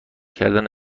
کردن